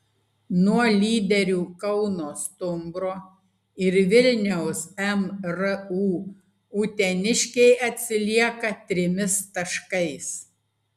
nuo lyderių kauno stumbro ir vilniaus mru uteniškiai atsilieka trimis taškais